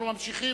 אנחנו ממשיכים.